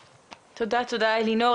תודה, אלינור.